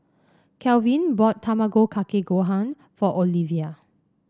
Calvin bought Tamago Kake Gohan for Olevia